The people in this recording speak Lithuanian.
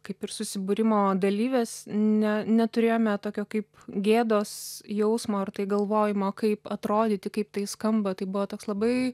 kaip ir susibūrimo dalyvės ne neturėjome tokio kaip gėdos jausmo ar tai galvojimo kaip atrodyti kaip tai skamba taip buvo toks labai